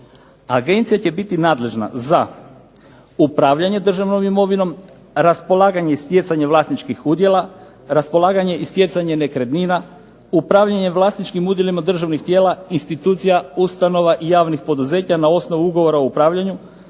Agencija će biti nadležna za upravljanje državnom imovinom, raspolaganje i stjecanje vlasničkih udjela, raspolaganje i stjecanje nekretnina, upravljanje vlasničkih udjelima državnih tijela, institucija, ustanova i javnih poduzeća na osnovu ugovora o upravljanju,